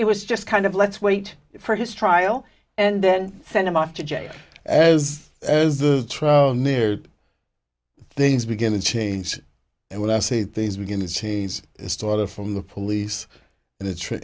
it was just kind of let's wait for his trial and then send him off to jail as as the trial neared things begin to change and when i say things begin to change it started from the police and the tri